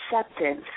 acceptance